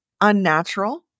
unnatural